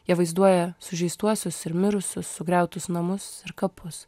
jie vaizduoja sužeistuosius ir mirusius sugriautus namus ir kapus